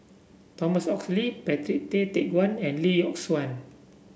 Thomas Oxley Patrick Tay Teck Guan and Lee Yock Suan